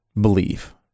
believe